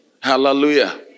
hallelujah